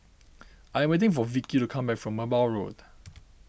I'm waiting for Vickey to come back from Merbau Road